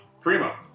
Primo